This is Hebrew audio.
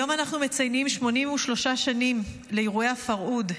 היום אנחנו מציינים 83 שנים לאירועי הפרהוד,